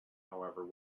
however